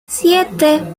siete